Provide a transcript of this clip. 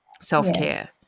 self-care